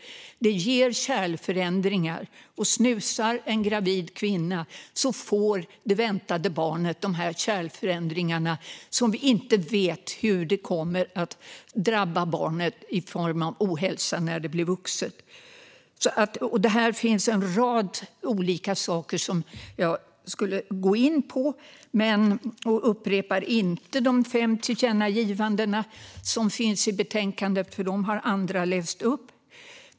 Det ger kärlförändringar. Snusar en gravid kvinna får det väntade barnet de här kärlförändringarna som vi inte vet hur de kommer att drabba barnet i form av ohälsa när det blir vuxet. Det finns en rad olika saker här som jag skulle gå in på, men jag upprepar inte de fem tillkännagivandena som finns i betänkandet, för dem har andra läst upp.